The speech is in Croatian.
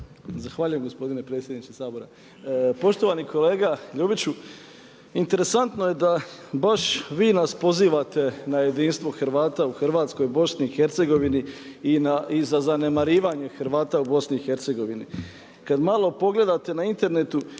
Zahvaljujem gospodine predsjedniče Sabora. Poštovani kolega Ljubiću interesantno je da baš vi nas pozivate na jedinstvo Hrvata u Hrvatskoj i BiH i na zanemarivanje Hrvata u BiH. Kad malo pogledate na internetu,